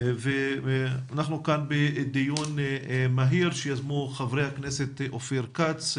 אנחנו כאן בדיון מהיר שיזמו חברי הכנסת אופיר כץ,